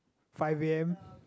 five a_m